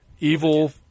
Evil